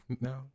No